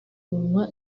munwa